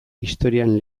historian